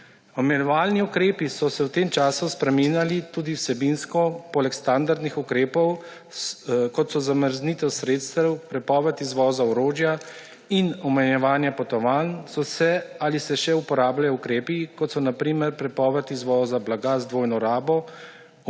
Omejevalni ukrepi so se v tem času spreminjali tudi vsebinsko, poleg standardnih ukrepov, kot so zamrznitev sredstev, prepoved izvoza orožja in omejevanje potovanj, so se ali se še uporabljajo ukrepi, kot so, na primer, prepoved izvoza blaga z dvojno rabo,